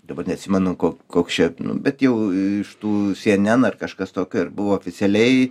dabar neatsimenu ko koks čia bet jau iš tų cnn ar kažkas tokio ir buvo oficialiai